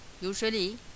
Usually